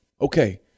Okay